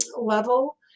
level